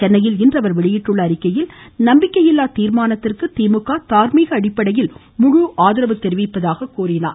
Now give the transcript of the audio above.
சென்னையில் இன்று அவர் வெளியிட்டுள்ள அறிக்கையில் நம்பிக்கையில்லா தீர்மானத்திற்கு திமுக தார்மீக அடிப்படையில் முழு ஆதரவு தெரிவிப்பதாக குறிப்பிட்டார்